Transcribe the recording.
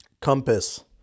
compass